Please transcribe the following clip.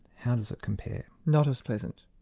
how does it compare? not as pleasant.